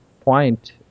point